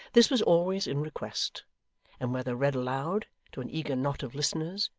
this was always in request and whether read aloud, to an eager knot of listeners,